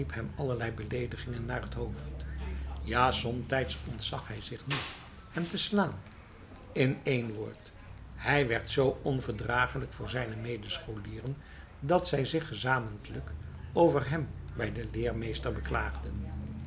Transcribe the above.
allerlei beleedigingen naar het hoofd ja somtijds ontzag hij zich niet hem te slaan in één woord hij werd zoo onverdragelijk voor zijne medescholieren dat zij zich gezamentlijk over hem bij den leermeester beklaagden